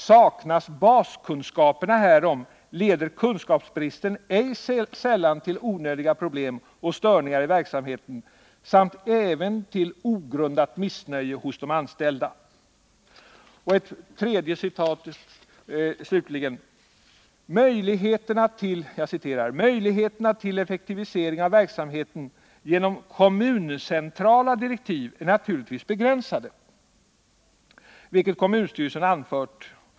Saknas baskunskaper härom leder kunskapsbristen ej sällan till onödiga problem och störningar i verksamheten samt även till ogrundat missnöje hos anställda Slutligen ett tredje citat: ”Möjligheterna till effektivisering av verksamheten genom kommuncentrala direktiv är naturligtvis begränsade, vilket kommunstyrelsen anfört —-—-—-.